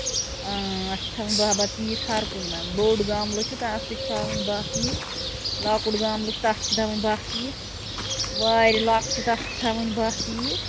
آ اَسہِ چھِ تھاوٕنۍ باہ باہ پیٖس ہَر کُنہِ منٛز بوٚڈ گَملہٕ چھُ تَتھ تہِ چھِ تھاوٕنۍ باہ پیٖس لۄکُٹ گملہٕ چھُ تَتھ چھِ تھاوٕنۍ باہ پیٖس وارِ لۄکٔچہِ تَتھ چھِ تھاوٕنۍ باہ پیٖس